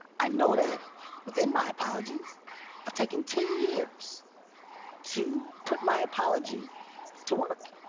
i know that within my apologies i've taken ten years to put my apology to work.